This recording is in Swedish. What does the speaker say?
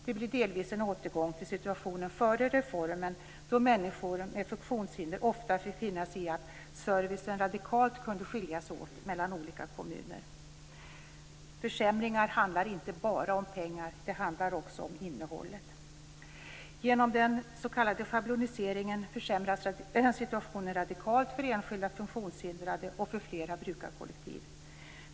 Det blir delvis en återgång till situationen före reformen, då människor med funktionshinder ofta fick finna sig i att servicen radikalt kunde skilja sig åt mellan olika kommuner. Försämringarna handlar inte bara om pengar. De handlar också om innehållet. Genom den s.k. schabloniseringen försämras situationen radikalt för enskilda funktionshindrade och för flera brukarkollektiv.